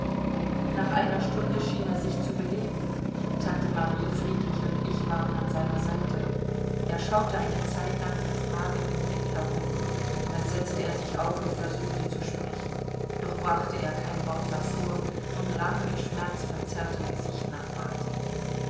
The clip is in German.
nach einer stunde schien er sich zu beleben tante marie friedrich und ich waren an seiner seite er schaute eine zeit lang mit fragendem blick herum dann setzte er sich auf und versuchte zu sprechen doch brachte er kein wort hervor und rang mit schmerzverzerrtem gesicht nach atem